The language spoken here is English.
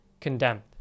condemned